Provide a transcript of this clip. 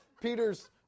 peter's